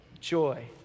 joy